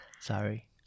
Sorry